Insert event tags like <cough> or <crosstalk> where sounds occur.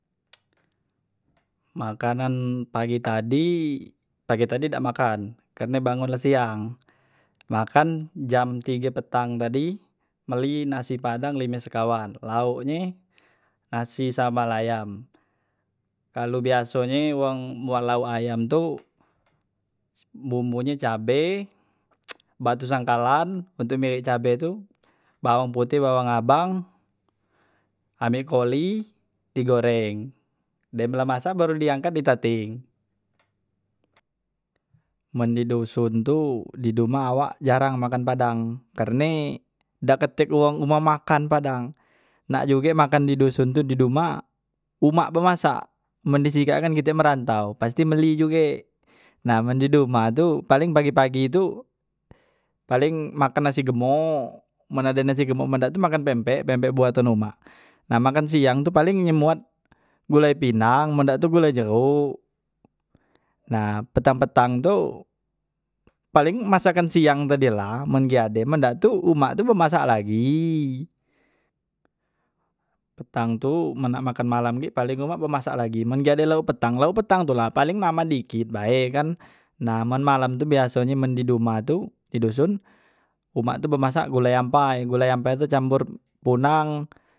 makanan pagi tadi, pagi tadi dak makan karne bangun la siang makan jam tige petang tadi mbeli nasi padang lime sekawan lauk nye nasi sambal ayam kalu biasonye wong bua lauk ayam tu bumbunye cabe <noise> batu sangkalan untuk ngeleng cabe tu bawang poteh bawang abang ame koli di goreng, dem la masak baru di angkat di tateh men di duson tu di dumah awak jarang makan padang karne dak katek wang humah makan padang nak juge makan di duson tu di dumah umak bemasak men di sikak kan kite merantau pasti mbeli juge nah man di dumah tu paling pagi pagi tu, paling makan nasi gemok men ade nasi gemok, men dak tu makan pempek pempek buatan umak, nah makan siang tu paling nye muat gulai pinang men dak tu gulai jeghuk, nah petang petang tu paling masakan siang tadila men si ade men dak tu umak tu bemasak lagi petang tu men nak makan gek paling awak be masak lagi men ade lauk petang lauk petang tula paling mama dikit bae kan nah men malam tu biasonye men di dumah tu di duson umak tu bemasak gulai ampai gulai ampai tu campur punang.